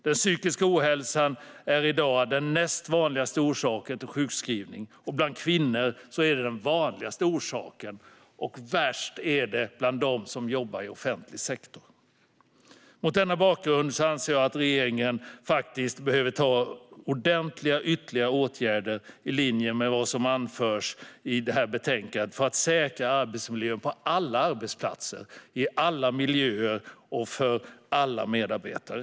Den psykiska ohälsan är i dag den näst vanligaste orsaken till sjukskrivning, och bland kvinnor är det den vanligaste orsaken. Värst är det bland dem som jobbar i offentlig sektor. Mot denna bakgrund anser jag att regeringen faktiskt behöver vidta ordentliga ytterligare åtgärder i linje med vad som anförs i det här betänkandet för att säkra arbetsmiljön på alla arbetsplatser i alla miljöer och för alla medarbetare.